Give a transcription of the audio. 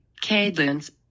cadence